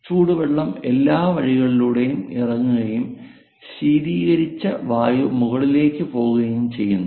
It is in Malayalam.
ചൂടുവെള്ളം എല്ലാ വഴികളിലൂടെയും ഇറങ്ങുകയും ശീതീകരിച്ച വായു മുകളിലേക്ക് പോകുകയും ചെയ്യുന്നു